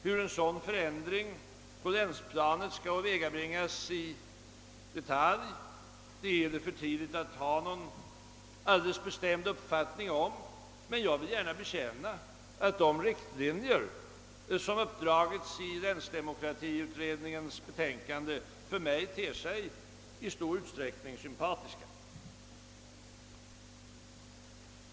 Hur en sådan förändring på länsplanet skall åvägabringas i detalj är det för tidigt att ha någon bestämd uppfattning om, men jag vill gärna bekänna att de riktlinjer som har uppdragits i länsdemokratiutredningens betänkande för mig i stor utsträckning ter sig sympatiska.